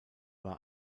war